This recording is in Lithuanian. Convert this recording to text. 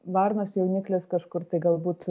varnos jauniklis kažkur tai galbūt